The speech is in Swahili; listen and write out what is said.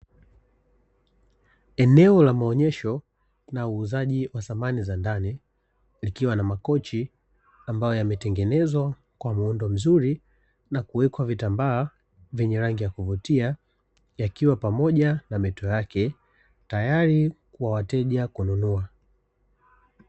Eneo la maonyesho na uuzaji wa samani za ndani, likiwa na makochi ambayo yametengenezwa kwa muundo mzuri na kuwekwa vitambaa vyenye rangi ya kuvutia, yakiwa pamoja na mito yake, tayari kwa wateja kununua.